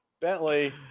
Bentley